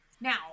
Now